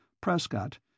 Prescott